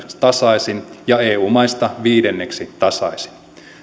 tasaisin ja eu maista viidenneksi tasaisin